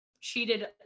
cheated